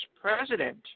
president